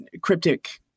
cryptic